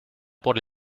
por